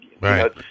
Right